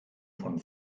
von